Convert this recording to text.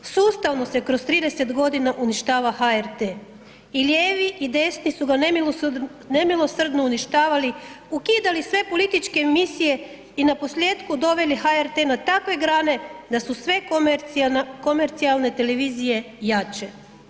Sustavno se kroz 30.g. uništava HRT i lijevi i desni su ga nemilosrdno uništavali, ukidali sve političke emisije i naposljetku doveli HRT na takve grane da su sve komercijalne televizije jače.